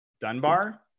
dunbar